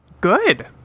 Good